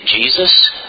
Jesus